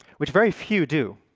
which very few do.